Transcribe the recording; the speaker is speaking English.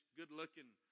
good-looking